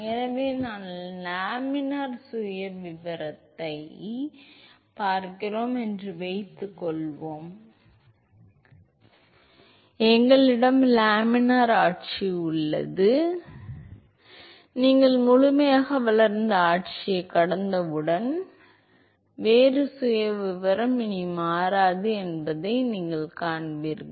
எனவே நாங்கள் லேமினார் சுயவிவரத்தைப் பார்க்கிறோம் என்று வைத்துக்கொள்வோம் எங்களிடம் லேமினார் ஆட்சி உள்ளது நீங்கள் முழுமையாக வளர்ந்த ஆட்சியைக் கடந்தவுடன் வேக சுயவிவரம் இனி மாறாது என்பதை நீங்கள் காண்பீர்கள்